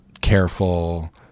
careful